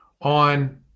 on